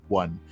one